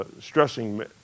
Stressing